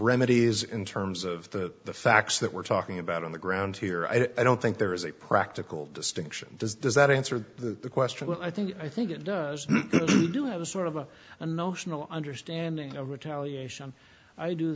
remedies in terms of the facts that we're talking about on the ground here i don't think there is a practical distinction does does that answer the question i think i think it does do have a sort of a and notional understanding of retaliation i do